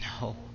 No